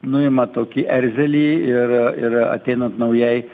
nuima tokį erzelį ir ir ateinant naujai